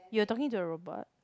you are talking to the robot